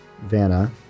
Vanna